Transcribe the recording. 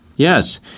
Yes